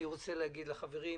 אני רוצה לומר לחברים,